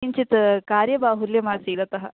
किञ्चित् कार्यबाहुल्यमासीद् अतः